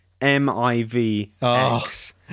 M-I-V-X